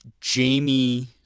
Jamie